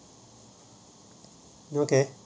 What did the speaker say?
oh okay